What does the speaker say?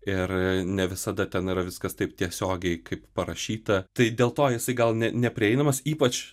ir ne visada ten yra viskas taip tiesiogiai kaip parašyta tai dėl to jisai gal ne neprieinamas ypač